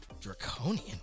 Draconian